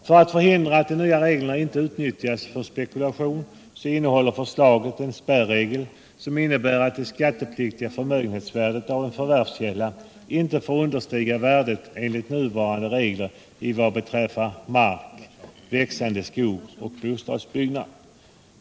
För att förhindra att de nya reglerna inte utnyttjas för spekulation innehåller förslaget en spärregel, som innebär att det skattepliktiga förmögenhetsvärdet av en förvärvskälla inte får understiga värdet enligt nuvarande regler vad beträffar mark, växande skog och bostadsbyggnader.